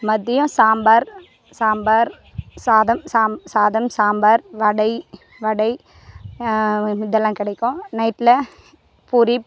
மதியம் சாம்பார் சாம்பார் சாதம் சா சாதம் சாம்பார் வடை வடை இதெல்லாம் கிடைக்கும் நைட்டில் பூரி